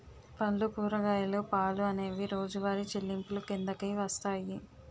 పళ్ళు కూరగాయలు పాలు అనేవి రోజువారి చెల్లింపులు కిందకు వస్తాయి